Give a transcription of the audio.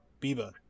Biba